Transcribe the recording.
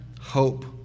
hope